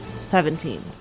seventeen